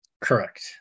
correct